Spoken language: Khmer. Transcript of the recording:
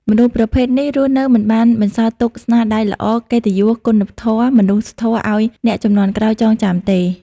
មនុស្សប្រភេទនេះរស់នៅមិនបានបន្សល់ទុកស្នាដៃល្អ កិត្តិយស គុណធម៌ មនុស្សធម៌ឲ្យអ្នកជំនាន់ក្រោយចងចាំទេ។